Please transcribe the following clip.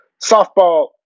softball